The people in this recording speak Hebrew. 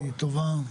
לא,